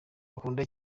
akunda